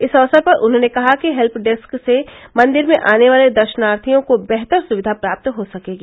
इस अवसर पर उन्होंने कहा कि हेल्य डेस्क से मंदिर में आने वाले दर्शनार्थियों को बेहतर सुविधा प्राप्त हो सकेगी